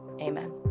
Amen